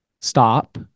stop